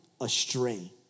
astray